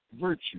virtue